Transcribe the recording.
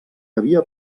havia